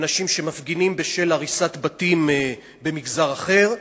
אנשים שמפגינים בשל הריסת בתים במגזר אחר,